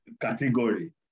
category